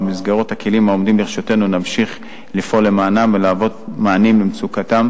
ובמסגרת הכלים העומדים לרשותנו נמשיך לפעול למענם ולתת מענים למצוקתם,